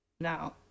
now